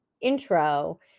intro